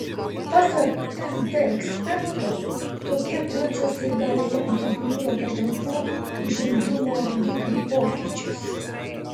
pasak nt eksperto tokie procesai gali lemti biuro patalpų užimtumo rodiklių pokyčius